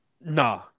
Nah